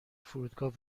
فرودگاه